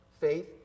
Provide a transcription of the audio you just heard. faith